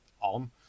on